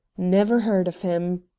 never heard of him.